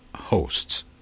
hosts